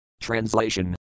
Translation